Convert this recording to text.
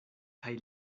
kaj